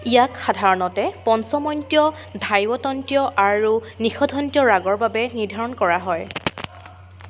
ইয়াক সাধাৰণতে পঞ্চমন্ত্য ধাইৱতন্ত্য আৰু নিষধন্ত্য ৰাগৰ বাবে নিৰ্ধাৰণ কৰা হয়